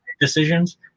decisions